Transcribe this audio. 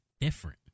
different